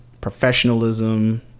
professionalism